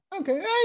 Okay